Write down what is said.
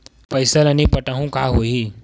पईसा ल नई पटाहूँ का होही?